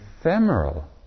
ephemeral